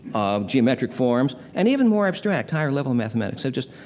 ah, geometric forms, and even more abstract higher-level mathematics so just,